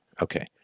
Okay